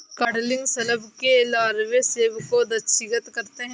codling शलभ के लार्वे सेब को क्षतिग्रस्त करते है